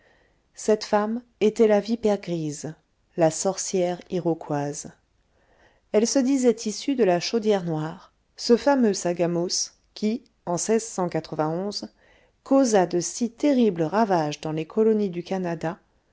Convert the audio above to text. cette femme était la vipère grise la sorcière iroquoise elle se disait issue de la chaudière noire ce fameux sagamos qui en causa de si terribles ravages dans les colonies du canada